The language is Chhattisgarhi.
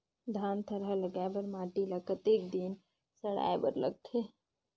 धान थरहा लगाय बर माटी ल कतेक दिन सड़ाय बर लगथे?